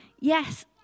Yes